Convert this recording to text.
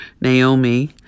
Naomi